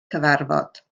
cyfarfod